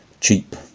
cheap